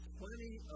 plenty